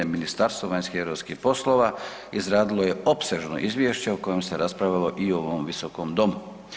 Ministarstvo vanjskih i europskih poslova izradilo je opsežno izvješće o kojem se raspravilo i u ovom Visokom domu.